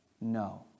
no